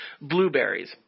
blueberries